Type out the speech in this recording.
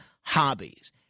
hobbies